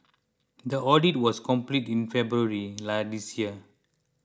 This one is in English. the audit was completed in February lie this year